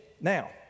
Now